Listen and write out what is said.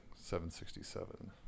767